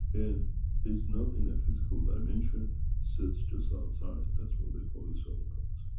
and is not in the physical dimension, sits just outside. that's what they call it solar plex.